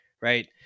right